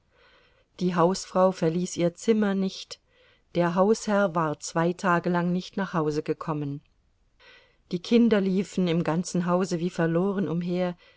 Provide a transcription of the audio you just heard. die hausfrau verließ ihr zimmer nicht der hausherr war zwei tage lang nicht nach hause gekommen die kinder liefen im ganzen hause wie verloren umher